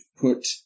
put